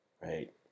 right